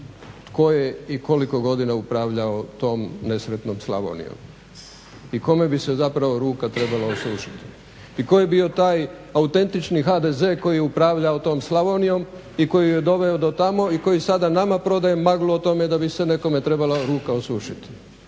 tko je i koliko godina upravljao tom nesretnom Slavonijom i kome bi se zapravo ruka trebala osušiti i tko je bio taj autentični HDZ koji je upravljao tom Slavonijom i koji ju je doveo do tamo i koji sada nama prodaje maglu o tome da bi se nekome trebala ruka osušiti.